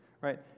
right